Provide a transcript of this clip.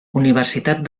universitat